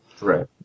Right